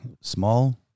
small